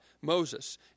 Moses